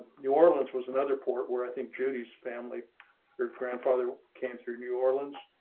new orleans was another port where i think judy's family your grandfather came through new orleans.